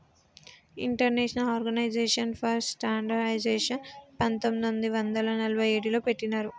international organization for స్టాండర్డయిజేషన్ని పంతొమ్మిది వందల నలభై ఏడులో పెట్టినరు